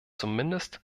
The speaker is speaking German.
zumindest